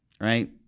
right